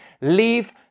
leave